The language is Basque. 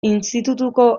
institutuko